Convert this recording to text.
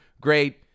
great